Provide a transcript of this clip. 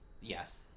Yes